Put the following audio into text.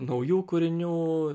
naujų kūrinių